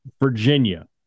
Virginia